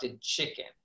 chicken